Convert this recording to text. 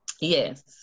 Yes